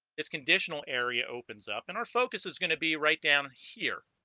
this conditional area opens up and our focus is going to be right down here